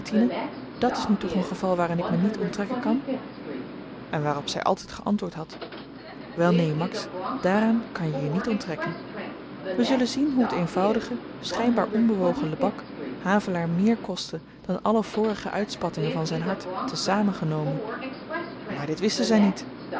dàt is nu toch een geval waaraan ik me niet onttrekken kan en waarop zy altyd geantwoord had wel neen max dààraan kanje je niet onttrekken we zullen zien hoe't eenvoudige schynbaar onbewogen lebak havelaar meer kostte dan alle vorige uitspattingen van zyn hart te-zamen genomen maar dit wisten zy niet